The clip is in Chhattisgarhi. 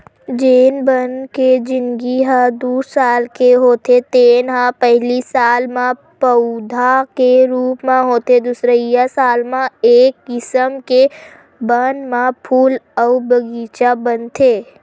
जेन बन के जिनगी ह दू साल के होथे तेन ह पहिली साल म पउधा के रूप म होथे दुसरइया साल म ए किसम के बन म फूल अउ बीज बनथे